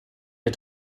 der